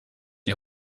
die